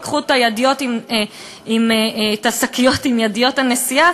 ייקחו את השקיות עם ידיות הנשיאה